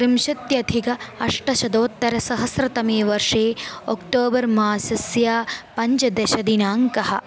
त्रिंशत्यधिक अष्टशतोत्तरसहस्रतमे वर्षे अक्टोबर् मासस्य पञ्चदशदिनाङ्कः